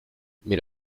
mais